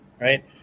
right